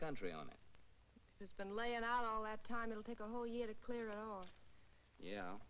country on it has been layin out all that time it'll take a whole year to clear oh yeah